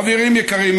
חברים יקרים,